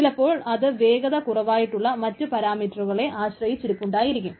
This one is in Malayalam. ചിലപ്പോൾ അത് വേഗത കുറവായിട്ടുള്ള മറ്റു പരാമീറ്ററുകളെ ആശ്രയിച്ചിരുപ്പുണ്ടായിരിക്കും